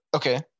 Okay